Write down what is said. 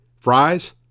Fries